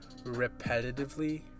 repetitively